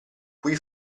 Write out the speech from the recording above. qui